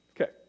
Okay